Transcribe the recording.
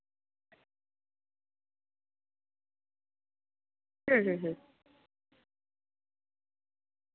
ᱦᱩᱸ ᱦᱩᱸ